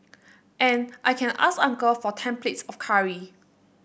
and I can ask uncle for ten plates of curry